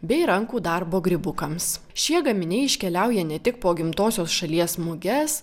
bei rankų darbo grybukams šie gaminiai iškeliauja ne tik po gimtosios šalies muges